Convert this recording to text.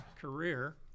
career